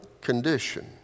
condition